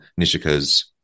Nishika's